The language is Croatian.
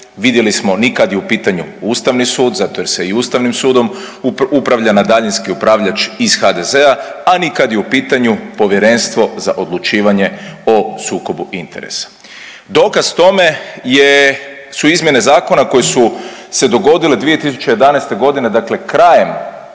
vidjeli smo ni kad je u pitanju ustavni sud zato jer se i ustavnim sudom upravlja na daljinski upravljač iz HDZ-a, a ni kad je u pitanju Povjerenstvo za odlučivanje o sukobu interesa. Dokaz tome su izmjene zakona koje su se dogodile 2011.g. dakle krajem